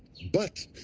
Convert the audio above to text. but,